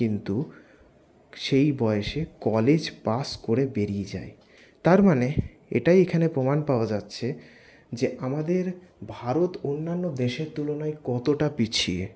কিন্তু সেই বয়সে কলেজ পাশ করে বেরিয়ে যায় তার মানে এইটাই এখানে প্রমাণ পাওয়া যাচ্ছে যে আমাদের ভারত অন্যান্য দেশের তুলনায় কতটা পিছিয়ে